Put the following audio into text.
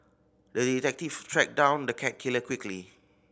the detective tracked down the cat killer quickly